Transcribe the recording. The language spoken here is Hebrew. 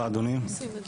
אדוני, תודה רבה.